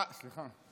אהה, סליחה.